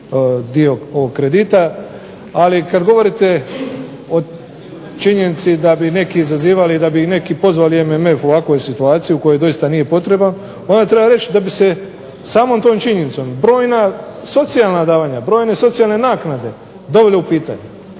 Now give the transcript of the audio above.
ovog kredita. Ali kada govorite o činjenici da bi neki izazivali, da bi neki pozvali MMF u ovoj situaciji u kojoj doista nije potreban, onda treba reći da bi se samom tom činjenicom brojna socijalna davanja, brojne socijalne naknade dovele u pitanje.